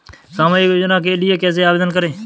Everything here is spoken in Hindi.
सामाजिक योजना के लिए कैसे आवेदन करें?